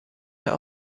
der